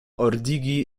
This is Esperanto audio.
ordigi